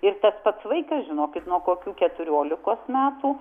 ir tas pats vaikas žinokit nuo kokių keturiolikos metų